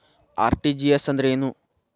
RTGS ಅಂದ್ರೇನು?